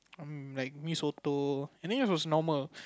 um like mee-soto I think it was normal